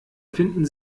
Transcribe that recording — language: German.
finden